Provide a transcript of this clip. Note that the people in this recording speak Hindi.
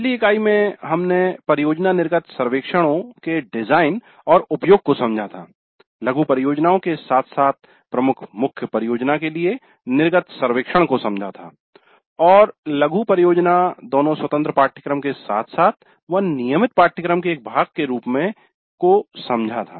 पिछली इकाई में हमने परियोजना निर्गत सर्वेक्षणों के डिजाइन और उपयोग को समझा था लघु परियोजनाओं के साथ साथ प्रमुख मुख्य परियोजना के लिए निर्गत सर्वेक्षण को समझा था और लघु परियोजना दोनों स्वतंत्र पाठ्यक्रम के साथ साथ व नियमित पाठ्यक्रम के एक भाग के रूप में को समझा था